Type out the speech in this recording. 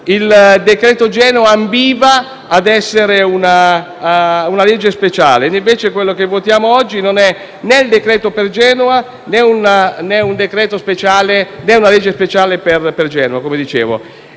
Il decreto Genova ambiva a essere una legge speciale, mentre quello che stiamo per votare non è il decreto per Genova, né una legge speciale per Genova, come già